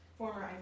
former